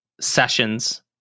sessions